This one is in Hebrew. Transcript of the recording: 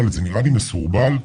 זה מסורבל,